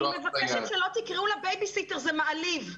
אני מבקשת שלא תקראו לה בייביסיטר, זה מעליב.